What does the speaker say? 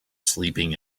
sleeping